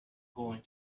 going